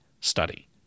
study